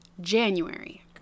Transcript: January